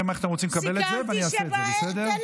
20